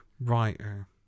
writer